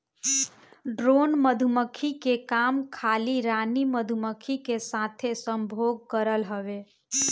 drone मधुमक्खी के काम खाली रानी मधुमक्खी के साथे संभोग करल हवे